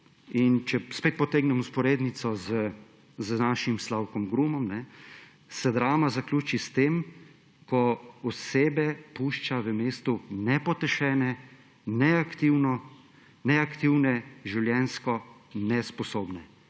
In če spet potegnem vzporednico z našim Slavkom Grumom, se drama zaključi s tem, ko osebe pušča v mestu nepotešene, neaktivne, življenjsko nesposobne;